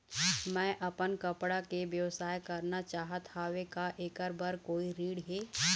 मैं अपन कपड़ा के व्यवसाय करना चाहत हावे का ऐकर बर कोई ऋण हे?